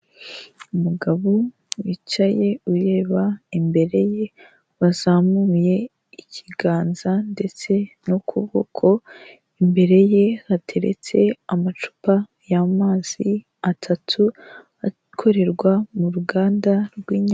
Umugabo wicaye ureba imbere ye wazamuye ikiganza ndetse n'ukuboko, imbere ye hateretse amacupa y'amazi atatu akorerwa mu ruganda rw'inyange.